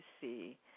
see